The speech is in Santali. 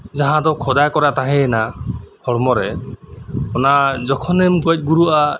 ᱡᱟᱦᱟᱸ ᱫᱚ ᱠᱷᱚᱫᱟᱭ ᱠᱚᱨᱟ ᱛᱟᱦᱮᱸᱭᱮᱱᱟ ᱦᱚᱲᱢᱚᱨᱮ ᱚᱱᱟ ᱡᱚᱠᱷᱚᱱᱮᱢ ᱜᱚᱡᱜᱩᱨᱩᱜᱼᱟ